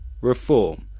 reform